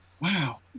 wow